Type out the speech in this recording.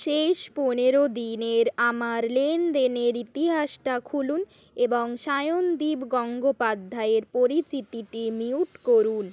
শেষ পনেরো দিনের আমার লেনদেনের ইতিহাসটা খুলুন এবং সায়নদীপ গঙ্গোপাধ্যায়ের পরিচিতিটি মিউট করুন